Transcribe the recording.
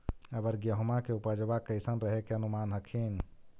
अबर गेहुमा के उपजबा कैसन रहे के अनुमान हखिन?